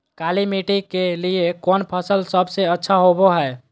काली मिट्टी के लिए कौन फसल सब से अच्छा होबो हाय?